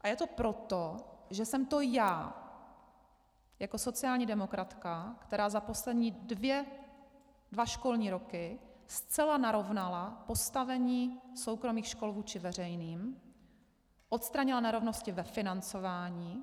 Je to proto, že jsem to já jako sociální demokratka, která za poslední dva školní roky zcela narovnala postavení soukromých škol vůči veřejným, odstranila nerovnosti ve financování.